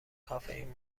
کافئین